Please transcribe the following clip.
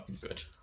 good